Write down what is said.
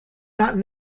not